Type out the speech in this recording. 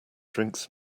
drinks